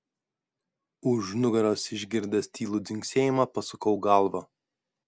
už nugaros išgirdęs tylų dzingsėjimą pasukau galvą